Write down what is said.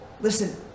listen